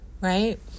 right